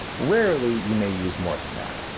rarely you may use more than that.